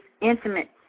intimate